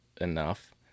enough